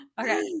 Okay